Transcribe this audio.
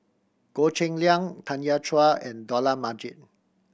Goh Cheng Liang Tanya Chua and Dollah Majid